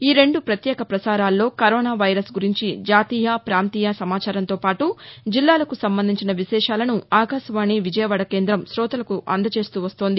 ఈ రెండు పత్యేక పసారాల్లో కరోనా వైరస్ గురించి జాతీయ పాంతీయ సమాచారంతో పాటు జిల్లాలకు సంబంధించిన విశేషాలను ఆకాశవాణి విజయవాడ కేందం కోతలకు అందజేస్తూ వీస్తోంది